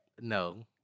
No